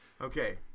okay